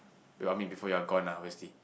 you want me before you are gone ah obviously